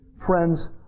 Friends